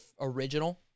original